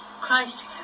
Christ